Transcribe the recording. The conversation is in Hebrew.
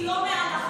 היא לא מעל החוק.